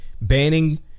banning